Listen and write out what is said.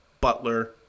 Butler